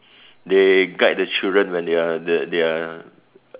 they guide the children when they are they they are